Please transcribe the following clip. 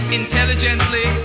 intelligently